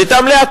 שליטה מלאה,